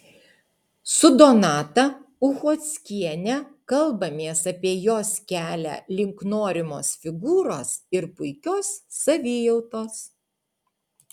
su donata uchockiene kalbamės apie jos kelią link norimos figūros ir puikios savijautos